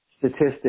statistics